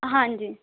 ਹਾਂਜੀ